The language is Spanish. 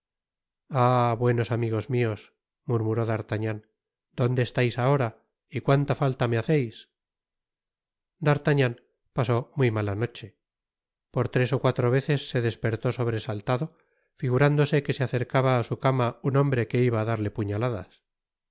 buenos amigos míos murmuró d'artagnan donde estais ahora y cuánta falta me haceis d'artagnan pasó muy mala noche por tres ó cuatro veces se despertó sobresaltado figurándose que se acercaba á su cama un hombre que iba á darle puñaladas